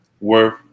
worth